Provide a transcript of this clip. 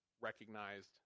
recognized